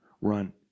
run